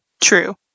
True